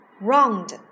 round